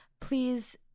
please